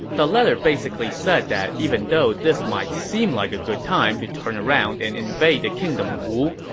the letter basically said that even though this might seem like a good time to turn around and invade the kingdom of wu,